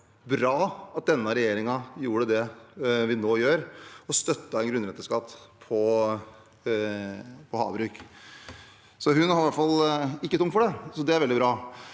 det var bra at denne regjeringen gjorde det vi nå gjør, og støttet en grunnrenteskatt på havbruk. Så hun har i hvert fall ikke tungt for det, og det er veldig bra.